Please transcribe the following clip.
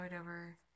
over